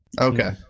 Okay